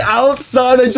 outside